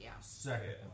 second